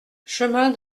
chemin